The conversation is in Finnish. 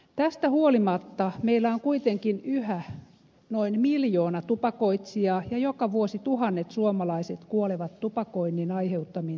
tästä huolimatta meillä on kuitenkin yhä noin miljoona tupakoitsijaa ja joka vuosi tuhannet suomalaiset kuolevat tupakoinnin aiheuttamiin sairauksiin